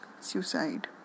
suicide